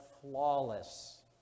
flawless